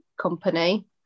company